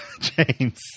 James